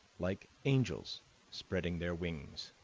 like angels spreading their wings.